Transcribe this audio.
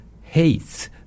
hates